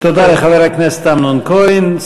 תודה לחבר הכנסת אמנון כהן.